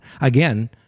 again